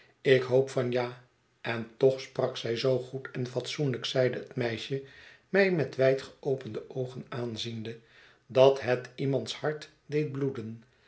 ik hoop van ja en toch sprak zij zoo goed en fatsoenlijk zeide het meisje mij met wijd geopende oogen aanziende dat het iemands hart deed bloeden